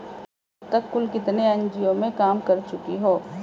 तुम अब तक कुल कितने एन.जी.ओ में काम कर चुकी हो?